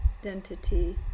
identity